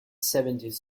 seventeenth